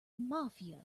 mafia